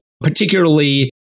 particularly